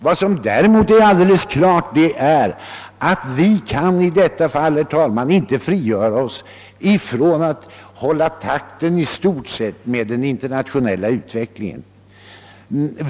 Däremot är det, herr talman, alldeles klart att vi i detta fall inte kan låta bli att i stort sett försöka hålla takten med den internationella utvecklingen.